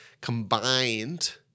combined